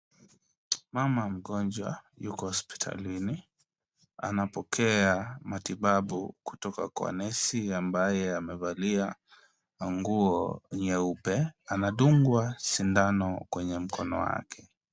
Mama mgonjwa yuko hospitalini anapokea matibabu kutoka kwa nesi ambaye amevalia nguo nyeupe. Anadungwa sindano kwenye mkono wake.